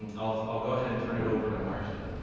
and i'll i'll go ahead and turn it over to marsha.